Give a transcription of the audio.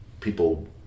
people